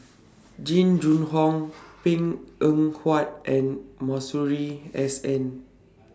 Jing Jun Hong Png Eng Huat and Masuri S N